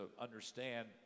understand